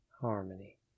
harmony